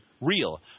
real